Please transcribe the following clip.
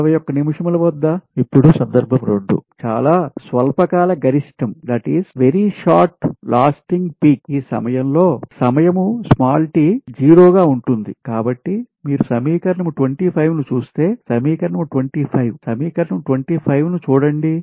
ఇప్పుడు సందర్భం 2 చాలా స్వల్ప కాల గరిష్టం ఈ సమయంలో సమయం t 0 గా ఉంటుంది కాబట్టి మీరు సమీకరణం 25 ను చూస్తే సమీకరణం 25 సమీకరణం 25 ను చూడండి